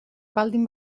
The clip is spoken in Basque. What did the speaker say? baldin